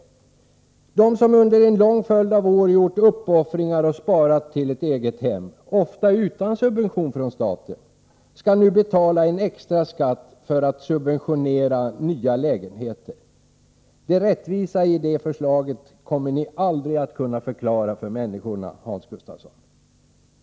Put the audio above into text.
De som under en lång följd av år gjort uppoffringar och sparat till ett eget hem — ofta utan subventioner från staten — skall nu betala en extra skatt för att subventionera nya lägenheter. Det rättvisa i detta förslag kommer ni aldrig att kunna förklara för människorna, Hans Gustafsson.